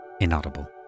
Inaudible